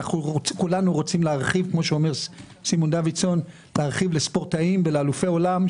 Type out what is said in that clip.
כולנו רוצים להרחיב לספורטאים ולאלופי עולם,